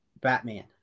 Batman